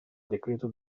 decreto